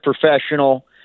professional